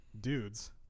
dudes